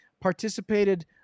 participated